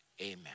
amen